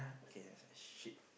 k then like shit